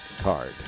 card